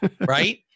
Right